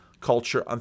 culture